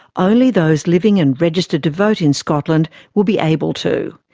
only those living and registered to vote in scotland will be able to.